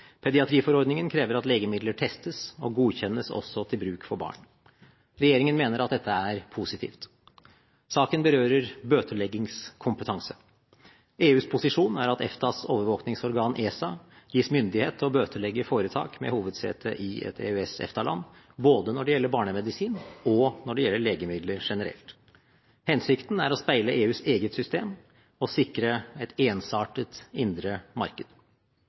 Pediatriforordningen krever at legemidler testes og godkjennes også til bruk for barn. Regjeringen mener at dette er positivt. Saken berører bøteleggingskompetanse. EUs posisjon er at EFTAs overvåkingsorgan, ESA, gis myndighet til å bøtelegge foretak med hovedsete i et EØS/EFTA-land, både når det gjelder barnemedisin, og når det gjelder legemidler generelt. Hensikten er å speile EUs eget system og sikre et ensartet indre marked.